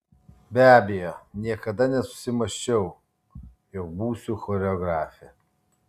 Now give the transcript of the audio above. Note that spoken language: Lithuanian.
be abejo niekada nesusimąsčiau jog būsiu choreografė